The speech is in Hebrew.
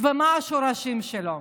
ומה השורשים שלו.